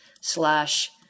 slash